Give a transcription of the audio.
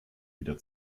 wieder